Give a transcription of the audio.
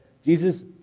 Jesus